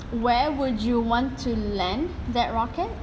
where would you want to land that rocket